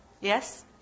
Yes